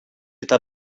eta